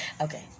Okay